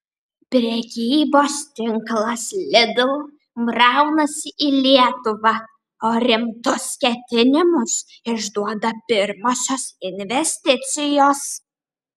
prekybos tinklas lidl braunasi į lietuvą o rimtus ketinimus išduoda pirmosios investicijos